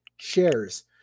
shares